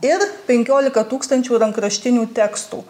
ir penkiolika tūkstančių rankraštinių tekstų